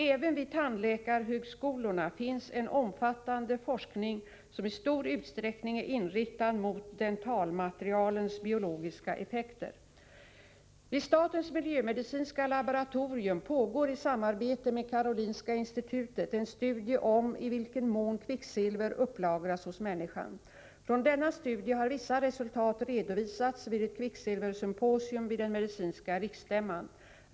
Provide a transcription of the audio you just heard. Även vid tandläkarhögskolorna finns en omfattande forskning, som i stor utsträckning är inriktad mot dentalmaterialens biologiska effekter. Vid statens miljömedicinska laboratorium pågår i samarbete med Karolinskaiinstitutet en studie om i vilken mån kvicksilver upplagras hos människan. Från denna studie har vissa resultat redovisats vid ett kvicksilversymposium vid den medicinska riksstämman.